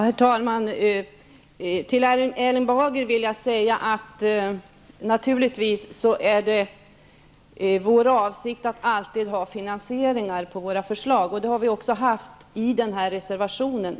Herr talman! Naturligtvis är det vår avsikt, Erling Bager, att alltid ha våra förslag finansierade. Det har vi också i den här reservationen.